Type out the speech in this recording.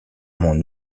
monde